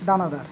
দানাদার